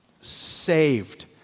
Saved